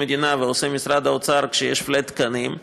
מדינה ועושה משרד האוצר כשיש flat תקנים,